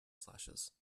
slashes